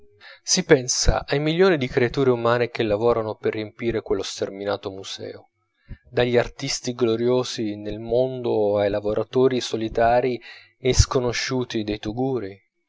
si pensa ai milioni di creature umane che lavorarono per riempire quello sterminato museo dagli artisti gloriosi nel mondo ai lavoratori solitarii e sconosciuti dei tugurii